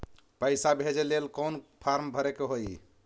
पैसा भेजे लेल कौन फार्म भरे के होई?